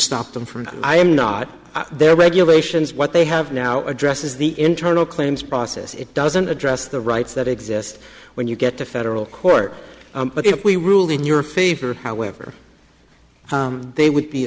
stop them from i am not their regulations what they have now addresses the internal claims process it doesn't address the rights that exist when you get to federal court but if we rule in your favor however they would be